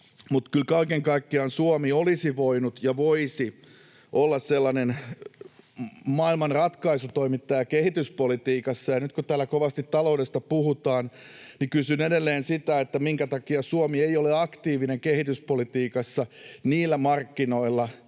mutta kyllä kaiken kaikkiaan Suomi olisi voinut ja voisi olla sellainen maailman ratkaisutoimittaja kehityspolitiikassa. Nyt kun täällä kovasti taloudesta puhutaan, niin kysyn edelleen sitä, minkä takia Suomi ei ole aktiivinen kehityspolitiikassa niillä markkinoilla,